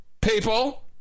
people